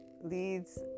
leads